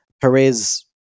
Perez